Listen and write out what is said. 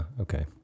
okay